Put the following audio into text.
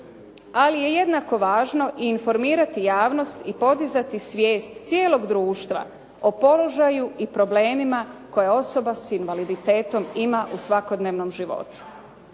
ali je jednako važno i informirati javnost i podizati svijest cijelog društva o položaju i problemima koje osoba sa invaliditetom ima u svakodnevnom životu.